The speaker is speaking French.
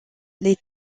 les